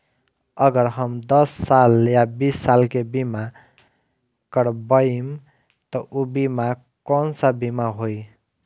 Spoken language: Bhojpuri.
अगर हम दस साल या बिस साल के बिमा करबइम त ऊ बिमा कौन सा बिमा होई?